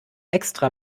extra